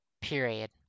period